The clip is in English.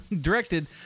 directed